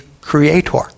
creator